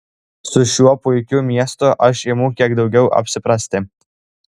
su šiuo puikiu miestu aš imu kiek daugiau apsiprasti